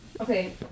Okay